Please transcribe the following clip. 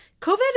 COVID